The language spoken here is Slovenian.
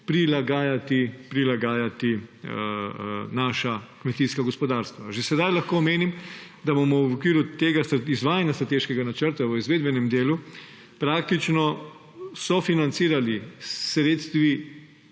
prilagajati naša kmetijska gospodarstva. Že sedaj lahko omenim, da bomo v okviru tega izvajanja strateškega načrta v izvedbenem delu praktično sofinancirali s sredstvi